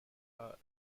her